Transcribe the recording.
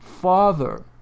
father